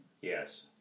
Yes